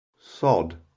sod